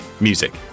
Music